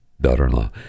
Daughter-in-law